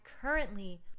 currently